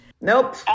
Nope